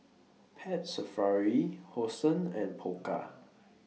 Pet Safari Hosen and Pokka